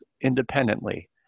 independently